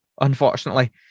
unfortunately